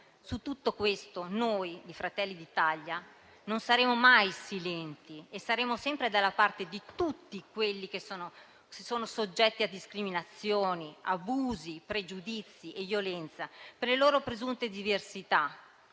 Su tutto questo noi di Fratelli d'Italia non saremo mai silenti e saremo sempre dalla parte di tutti coloro che sono soggetti a discriminazioni, abusi, pregiudizi e violenza per le loro presunte diversità,